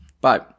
Bye